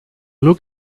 look